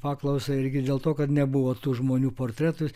paklausą irgi dėl to kad nebuvo tų žmonių portretų